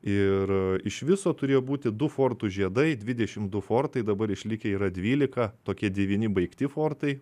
ir iš viso turėjo būti du fortų žiedai dvidešim du fortai dabar išlikę yra dvylika tokie devyni baigti fortai